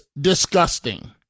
disgusting